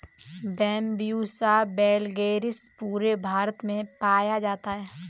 Bambusa vulgaris पूरे भारत में पाया जाता है